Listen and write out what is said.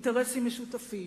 אינטרסים משותפים,